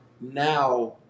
Now